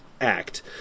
act